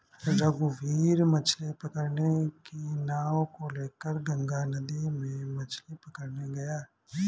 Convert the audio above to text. रघुवीर मछ्ली पकड़ने की नाव को लेकर गंगा नदी में मछ्ली पकड़ने गया